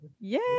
Yay